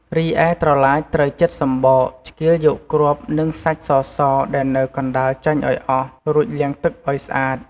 រីឯត្រឡាចត្រូវចិតសំបក ឆ្កៀលយកគ្រាប់ និងសាច់សៗ ដែលនៅកណ្តាលចេញឱ្យអស់ រួចលាងទឹកឱ្យស្អាត។